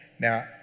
Now